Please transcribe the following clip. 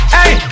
Hey